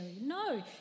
No